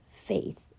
faith